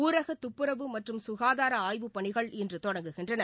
ஊரகதுப்புரவு மற்றும் சுகாதாரஆய்வுப் பணிகள் இன்றுதொடங்குகின்றன